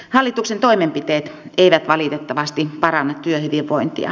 hallituksen toimenpiteet eivät valitettavasti paranna työhyvinvointia